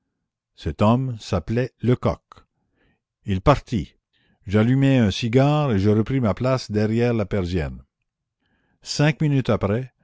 cet homme s'appelait lecoq il partit j'allumai un cigare et je repris ma place derrière la persienne cinq minutes après